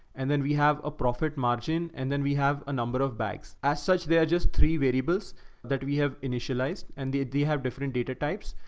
and then we have a profit margin and then we have a number of bags. as such, they are just three variables that we have initialized and the, they have different data types.